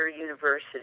University